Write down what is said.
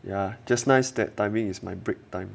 ya just nice that timing is my break time